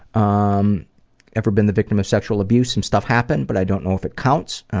um ever been the victim of sexual abuse some stuff happened but i don't know if it counts.